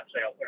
sale